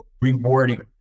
rewarding